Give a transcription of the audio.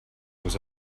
was